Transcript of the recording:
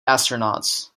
astronauts